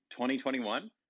2021